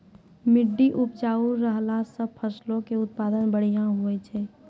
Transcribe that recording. मट्टी उपजाऊ रहला से फसलो के उत्पादन बढ़िया होय छै